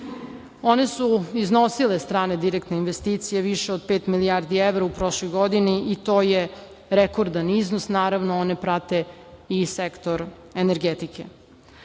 One su iznosile strane direktne investicije više od pet milijardi evra u prošloj godini i to je rekordan iznos, naravno, one prate i sektor energetike. Takođe,